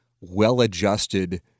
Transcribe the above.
well-adjusted